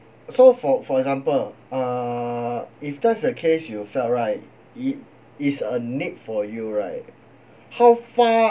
so for for example err if that's the case you felt right it is a need for you right how far